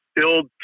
build